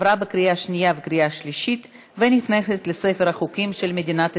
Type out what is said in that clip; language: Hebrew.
התקבלה בקריאה שנייה ובקריאה שלישית ונכנסת לספר החוקים של מדינת ישראל.